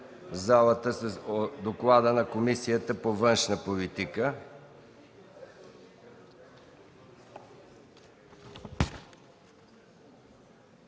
залата с доклада на Комисията по външна политика.